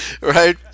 right